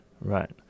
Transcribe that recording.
right